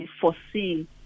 foresee